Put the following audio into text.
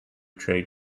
trey